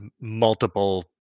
multiple